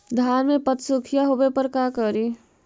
धान मे पत्सुखीया होबे पर का करि?